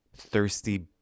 thirsty